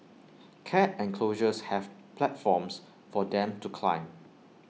cat enclosures have platforms for them to climb